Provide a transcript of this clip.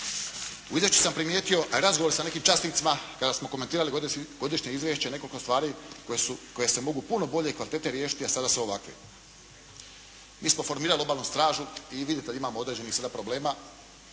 U izvješću sam primijetio razgovor sa nekim časnicima kada smo komentirali godišnje izvješće, nekoliko stvari koje se mogu puno bolje i kvalitetnije riješiti, a sada su ovakve. Mi smo formirali Obalnu stražu i vidite imamo određenih sada problema.